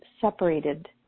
separated